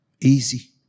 easy